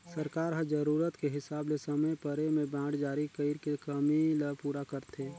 सरकार ह जरूरत के हिसाब ले समे परे में बांड जारी कइर के कमी ल पूरा करथे